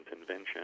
invention